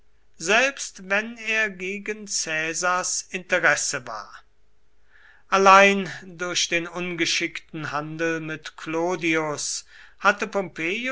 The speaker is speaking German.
selbst wenn er gegen caesars interesse war allein durch den ungeschickten handel mit clodius hatte pompeius